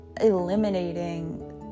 eliminating